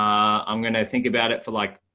um i'm going to think about it for like,